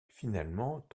finalement